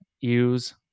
use